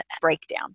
breakdown